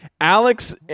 Alex